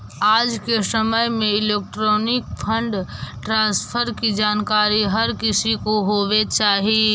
आज के समय में इलेक्ट्रॉनिक फंड ट्रांसफर की जानकारी हर किसी को होवे चाही